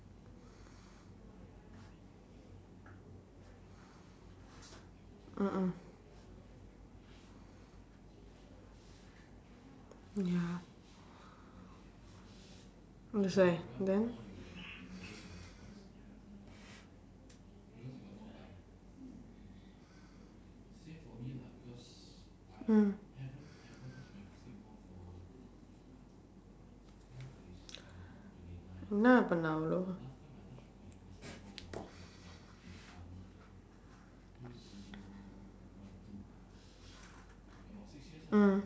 mm mm ya that's why then mm என்னா பண்ணே அவளோ:ennaa panna avaloo mm